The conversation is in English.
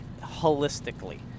holistically